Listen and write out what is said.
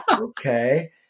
okay